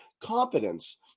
competence